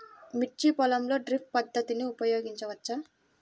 మిర్చి పొలంలో డ్రిప్ పద్ధతిని ఉపయోగించవచ్చా?